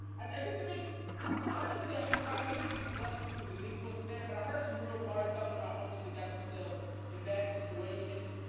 i think that makes honestly, i should probably give it to be plus because the mix wasn't there but i heard some real bars talking about homies that got themselves in bad situations.